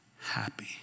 happy